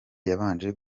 yabanje